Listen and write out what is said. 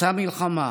פרצה מלחמה.